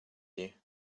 you